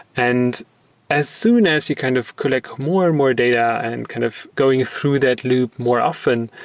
and as soon as you kind of collect more and more data and kind of going through that loop more often,